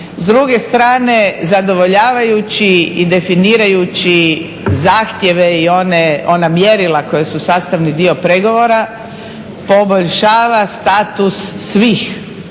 S druge strane zadovoljavajući i definirajući zahtjeve i ona mjerila koja su sastavni dio pregovora poboljšava status svih